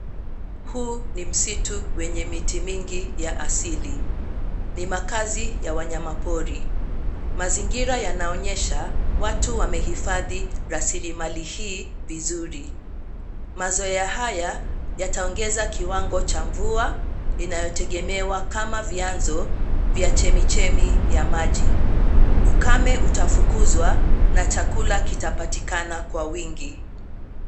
Huu ni msitu wenye miti mingi ya asili, ni makazi ya wanyamapori. Mazingira yanaonyesha watu wamehifadhi rasilimali hii vizuri. Mazoea haya yataongeza kiwango cha mvua inayotegemewa kama vianzo vya chemichemi ya maji, ukame utafukuzwa na chakula kitapatikana kwa wingi.